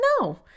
no